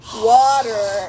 Water